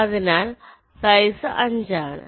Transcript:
അതിനാൽ സൈസ് 5 ആണ്